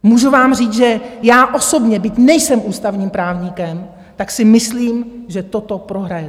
Můžu vám říct, že já osobně, byť nejsem ústavním právníkem, si myslím, že toto prohrajete.